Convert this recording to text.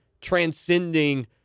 transcending